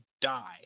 die